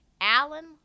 Alan